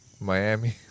Miami